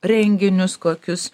renginius kokius